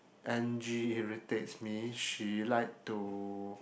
Angie irritates me she like to